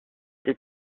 est